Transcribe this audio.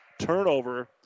turnover